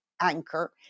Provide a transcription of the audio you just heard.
anchor